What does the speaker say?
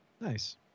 Nice